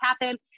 happen